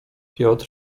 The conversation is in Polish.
piotr